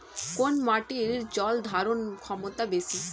কোন মাটির জল ধারণ ক্ষমতা বেশি?